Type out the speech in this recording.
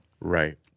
Right